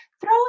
throw